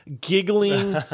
giggling